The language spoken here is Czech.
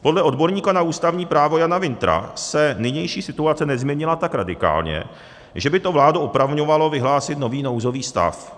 Podle odborníka na ústavní právo Jana Wintra se nynější situace nezměnila tak radikálně, že by to vládu opravňovalo vyhlásit nový nouzový stav.